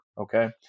okay